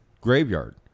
graveyard